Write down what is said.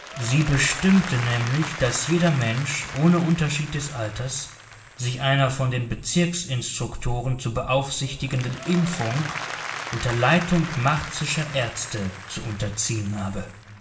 sie bestimmte nämlich daß jeder mensch ohne unterschied des alters sich einer von den bezirksinstruktoren zu beaufsichtigenden impfung unter leitung martischer ärzte zu unterziehen habe